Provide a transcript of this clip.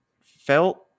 felt